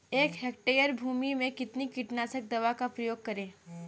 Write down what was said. एक हेक्टेयर भूमि में कितनी कीटनाशक दवा का प्रयोग करें?